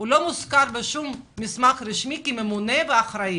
הוא לא מוזכר בשום מסמך רשמי כממנה ואחראי.